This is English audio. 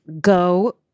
go